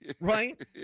Right